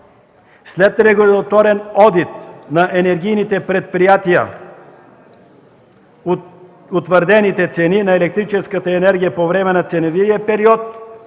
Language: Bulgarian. след регулаторен одит на енергийните предприятия утвърдените цени на електрическата енергия по време на ценовия период